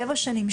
שבע שנים,